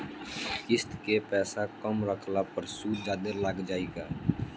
किश्त के पैसा कम रखला पर सूद जादे लाग जायी का?